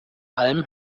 alm